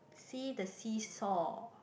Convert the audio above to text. see the see-saw